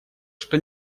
что